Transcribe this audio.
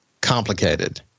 complicated